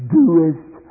doest